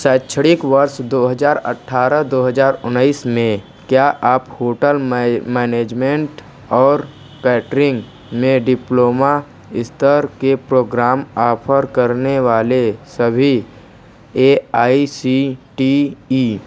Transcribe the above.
शैक्षणिक वर्ष दो हज़ार अठारह दो हज़ार उन्नीस में क्या आप होटल मेई मैनेजमेंट और केटरिंग में डिप्लोमा स्तर के प्रोग्राम ऑफ़र करने वाले सभी A I C T E